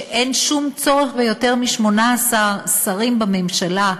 שאין שום צורך ביותר מ-18 שרים בממשלה,